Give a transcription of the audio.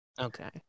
Okay